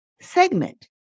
segment